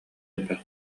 элбэх